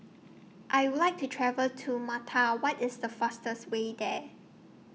I Would like to travel to Malta What IS The fastest Way There